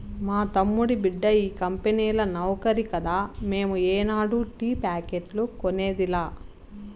మా తమ్ముడి బిడ్డ ఈ కంపెనీల నౌకరి కదా మేము ఏనాడు టీ ప్యాకెట్లు కొనేదిలా